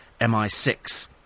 MI6